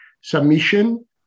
submission